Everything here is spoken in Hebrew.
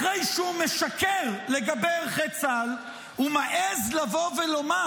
אחרי שהוא משקר על ערכי צה"ל, הוא מעז לבוא ולומר